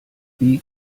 wie